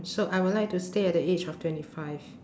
so I would like to stay at the age of twenty five